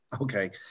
Okay